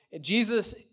Jesus